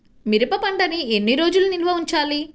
మిరప పంటను ఎన్ని రోజులు నిల్వ ఉంచాలి?